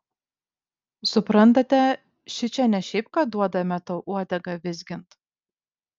suprantate šičia ne šiaip kad duodame tau uodegą vizgint